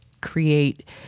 create